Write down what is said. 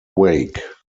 wake